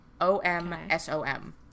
O-M-S-O-M